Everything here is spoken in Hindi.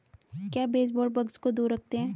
क्या बेसबोर्ड बग्स को दूर रखते हैं?